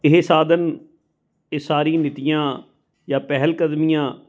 ਇਹ ਸਾਧਨ ਇਹ ਸਾਰੀ ਨੀਤੀਆਂ ਜਾਂ ਪਹਿਲਕਦਮੀਆਂ